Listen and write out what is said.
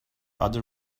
other